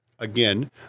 Again